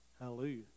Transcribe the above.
hallelujah